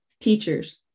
teachers